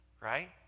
Right